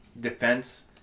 defense